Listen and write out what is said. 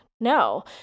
No